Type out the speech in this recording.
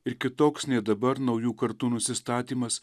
ir kitoks nei dabar naujų kartų nusistatymas